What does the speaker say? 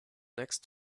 next